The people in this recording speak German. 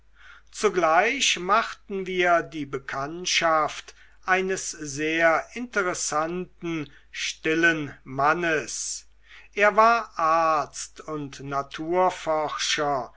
zugleich machten wir die bekanntschaft eines sehr interessanten stillen mannes er war arzt und